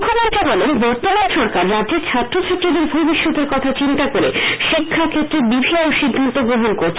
মুখ্যমন্ত্রী বলেন বর্তমান সরকার রাজ্যের ছাত্রছাত্রীদের ভবিষ্যতের কথা চিন্তা করে শিক্ষাক্ষেত্রে বিভিন্ন সিদ্ধান্ত গ্রহণ করেছে